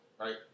right